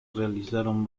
realizaron